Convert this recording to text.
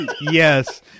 yes